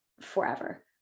forever